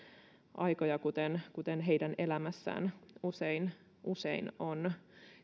aikoja kuten kuten heidän elämässään usein usein on